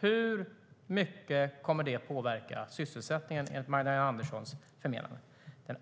Hur mycket kommer det att påverka sysselsättningen, enligt Magdalena Anderssons förmenande? Jag